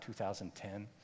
2010